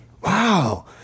Wow